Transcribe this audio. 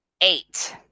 eight